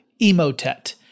Emotet